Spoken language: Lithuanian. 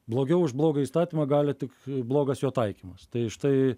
blogiau už blogą įstatymą gali tik blogas jo taikymas tai štai